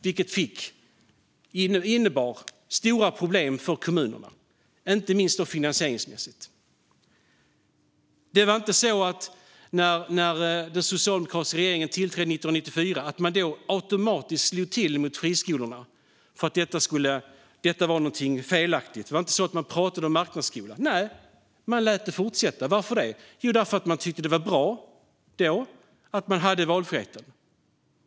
Detta innebar stora problem för kommunerna, inte minst finansieringsmässigt. Det var inte så att den socialdemokratiska regeringen när den tillträdde 1994 automatiskt slog till mot friskolorna för att detta skulle ha varit något felaktigt. Det var inte så att man pratade om marknadsskola. Nej, man lät det fortsätta. Varför det? Jo, därför att man då tyckte att det var bra att det fanns valfrihet.